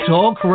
Talk